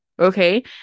okay